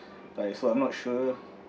like so I'm not sure